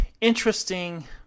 interesting